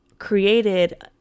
created